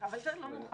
דבר נוסף